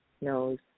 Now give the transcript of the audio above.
knows